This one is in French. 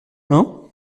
hein